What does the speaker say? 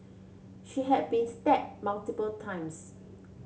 she had been stabbed multiple times